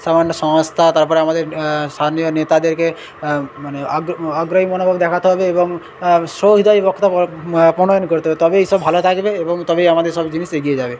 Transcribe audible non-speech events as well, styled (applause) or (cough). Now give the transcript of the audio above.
সামান্য সংস্থা তার পরে আমাদের স্থানীয় নেতাদেরকে মানে আগ্র আগ্রহী মনোভাব দেখাতে হবে এবং সহৃদয় বক্তা (unintelligible) প্রমাণ করতে হবে তবে এই সব ভালো থাকবে এবং তবেই আমাদের সব জিনিস এগিয়ে যাবে